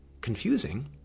confusing